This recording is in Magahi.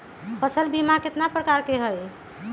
फसल बीमा कतना प्रकार के हई?